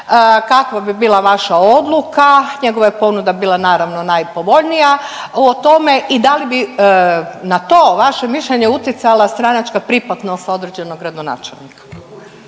kakva bi bila vaša odluka, njegova je ponuda bila naravno najpovoljnija o tome i da li bi na to vaše mišljenje utjecala stranačka pripadnost određenog gradonačelnika?